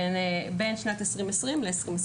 בין שנת 2020 ל-2021.